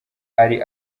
ari